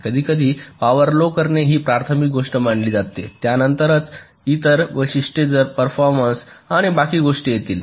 कधीकधी power low करणे ही प्राथमिक गोष्ट मानली जाते त्यानंतरच इतर वैशिष्ट्ये जसे परफॉर्मन्स आणि बाकी गोष्टी येतील